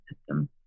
system